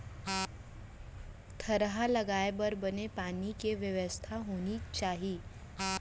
थरहा लगाए बर बने पानी के बेवस्था होनी चाही